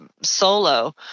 solo